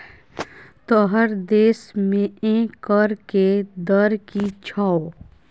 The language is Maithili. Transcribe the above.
तोहर देशमे कर के दर की छौ?